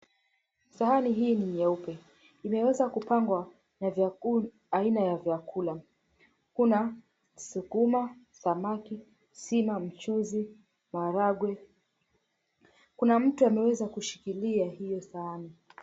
Sahani hii ni nyeupe, imeweza kupangwa na aina ya vyakula kuna sukuma, samaki, sima, mchuzi maharage kuna mtu ameweza kushikilia hio sahani.